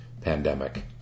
pandemic